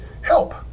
help